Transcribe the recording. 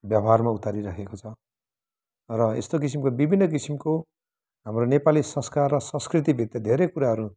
व्यवहारमा उतारिरहेको छ र यस्तो किसिमको विभिन्न किसिमको हाम्रो नेपाली संस्कार र संस्कृतिभित्र धेरै कुराहरू